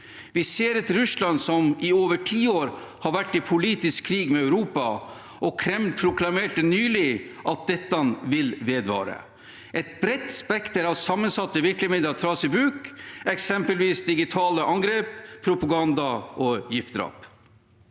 Vi ser et Russland som over tiår har vært i politisk krig med Europa, og Kreml proklamerte nylig at dette vil vedvare. Et bredt spekter av sammensatte virkemidler tas i bruk, eksempelvis digitale angrep, propaganda og giftdrap.